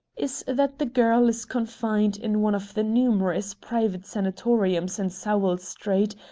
is that the girl is confined in one of the numerous private sanatoriums in sowell street,